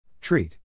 Treat